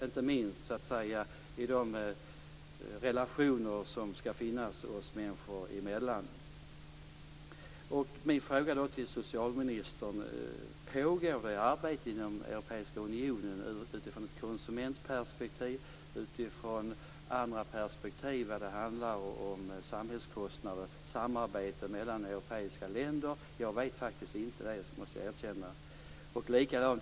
Inte minst gäller det här de relationer som skall finnas oss människor emellan. Min fråga till socialministern blir: Pågår det något samarbete inom Europeiska unionen utifrån ett konsumentperspektiv eller andra perspektiv som handlar om samhällskostnader? Jag vet faktiskt inte.